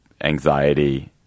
anxiety